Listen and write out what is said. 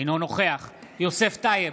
אינו נוכח יוסף טייב,